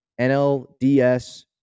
NLDS